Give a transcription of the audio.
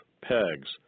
pegs